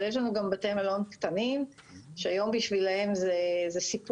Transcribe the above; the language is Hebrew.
אבל יש לנו גם בתי מלון קטנים שהיום בשבילם זה סיפור.